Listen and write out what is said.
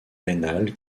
rénale